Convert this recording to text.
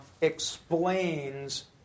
explains